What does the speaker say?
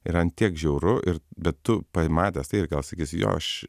yra ant tiek žiauru ir bet tu pamatęs tai ir gal sakysi jog aš